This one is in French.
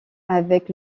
avec